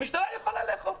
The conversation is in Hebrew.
המשטרה כן יכולה לאכוף.